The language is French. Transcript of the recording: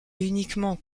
uniquement